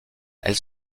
elle